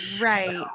right